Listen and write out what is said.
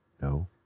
no